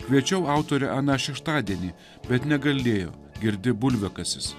kviečiau autorę aną šeštadienį bet negalėjo girdi bulviakasis